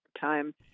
time